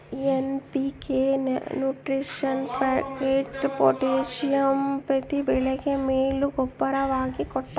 NPK nitrogen phosphate potassium ಪ್ರತಿ ಬೆಳೆಗೆ ಮೇಲು ಗೂಬ್ಬರವಾಗಿ ಕೊಡ್ತಾರ